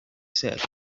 said